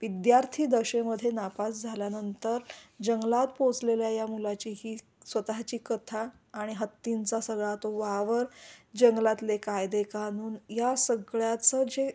विद्यार्थी दशेमध्ये नापास झाल्यानंतर जंगलात पोचलेल्या या मुलाची ही स्वतःची कथा आणि हत्तींचा सगळा तो वावर जंगलातले कायदे कानून या सगळ्याचं जे